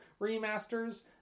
remasters